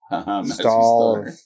stall